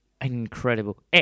incredible